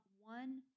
one